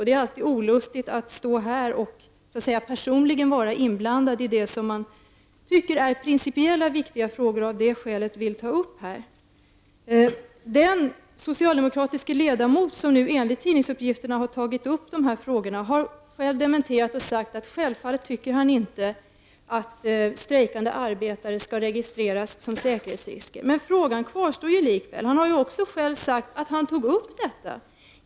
Det är alltid olustigt att stå här och personligen vara inblandad i sådana frågor som man tycker är principiellt viktiga och därför vill ta upp. Den socialdemokratiske ledamot som nu enligt tidningsuppgifterna har tagit upp dessa frågor har själv dementerat och sagt att han självfallet inte tycker att strejkande arbetare skall registreras som säkerhetsrisker. Frågan kvarstår likväl. Han har också sagt att han tog upp detta.